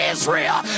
Israel